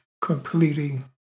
completing